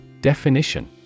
Definition